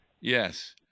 Yes